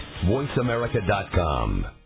voiceamerica.com